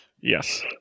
Yes